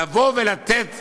לבוא ולתת